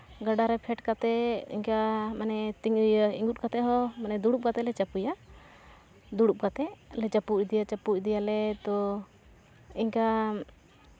ᱜᱟᱰᱟ ᱨᱮ ᱯᱷᱮᱰ ᱠᱟᱛᱮᱫ ᱤᱱᱠᱟᱹ ᱢᱟᱱᱮ ᱛᱤᱸᱜᱩ ᱤᱸᱜᱩᱫ ᱠᱟᱛᱮᱫ ᱦᱚᱸ ᱢᱟᱱᱮ ᱫᱩᱲᱩᱵ ᱠᱟᱛᱮᱫ ᱞᱮ ᱪᱟᱯᱚᱭᱟ ᱫᱩᱲᱩᱵ ᱠᱟᱛᱮᱫ ᱞᱮ ᱪᱟᱯᱚ ᱤᱫᱤᱭᱟ ᱪᱟᱯᱚ ᱤᱫᱤᱭᱟᱞᱮ ᱛᱳ ᱤᱱᱠᱟᱹ